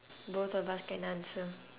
both of us can answer